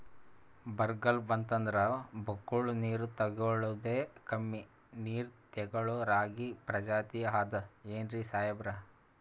ಬರ್ಗಾಲ್ ಬಂತಂದ್ರ ಬಕ್ಕುಳ ನೀರ್ ತೆಗಳೋದೆ, ಕಮ್ಮಿ ನೀರ್ ತೆಗಳೋ ರಾಗಿ ಪ್ರಜಾತಿ ಆದ್ ಏನ್ರಿ ಸಾಹೇಬ್ರ?